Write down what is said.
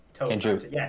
Andrew